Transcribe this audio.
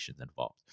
involved